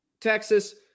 Texas